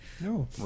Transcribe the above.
No